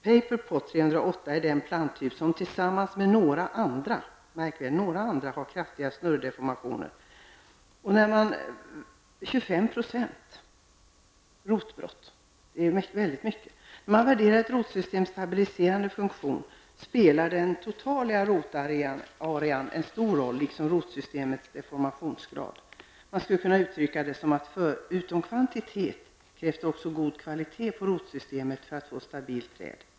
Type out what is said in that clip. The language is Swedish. Paperpot 308 är den planttyp som tillsammans med några andra planttyper har kraftiga snurrdeformationer -- 25 %. När man värderar ett rotsystems stabiliserande funktion spelar den totala rotarean en stor roll liksom rotsystemets deformationsgrad. Man skulle kunna uttrycka det som att förutom kvantitet krävs det också god kvalitet på rotsystemet för att få ett stabilt träd.